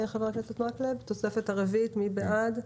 התוספת הרביעית, מי בעד?